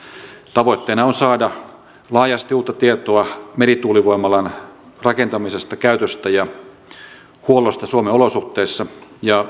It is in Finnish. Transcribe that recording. tavoitteena on saada laajasti uutta tietoa merituulivoimalan rakentamisesta käytöstä ja huollosta suomen olosuhteissa ja